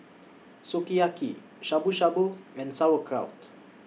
Sukiyaki Shabu Shabu and Sauerkraut